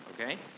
okay